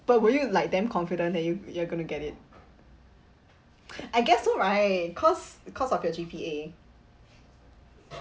but were you like damn confident that you you're going to get it I guess so right cause because of your G_P_A